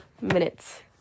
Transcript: minutes